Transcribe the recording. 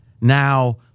Now